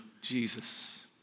Jesus